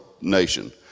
nation